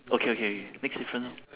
okay okay next difference